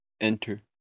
Enter